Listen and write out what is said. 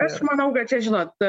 aš manau kad čia žinot